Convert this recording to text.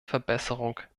verbesserung